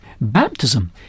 Baptism